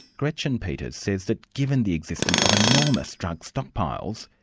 gretchen peters says that given the existence of enormous drug stockpiles,